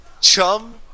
Chum